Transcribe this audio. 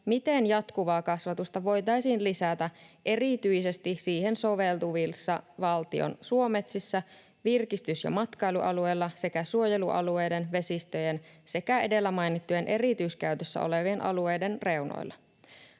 miten jatkuvaa kasvatusta voitaisiin lisätä erityisesti siihen soveltuvissa valtion suometsissä, virkistys‑ ja matkailualueilla sekä suojelualueiden, vesistöjen sekä edellä mainittujen erityiskäytössä olevien alueiden reunoilla.